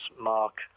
Mark